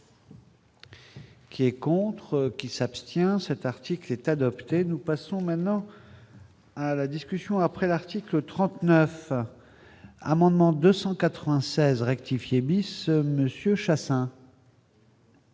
Qui et contre qui s'abstient, cet article est adopté, nous passons maintenant à la discussion après l'article 39 amendements 296 rectifier bis Monsieur Chassaing.